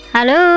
Hello